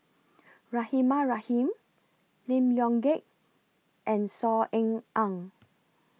Rahimah Rahim Lim Leong Geok and Saw Ean Ang